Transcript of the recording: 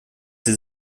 sie